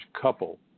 couple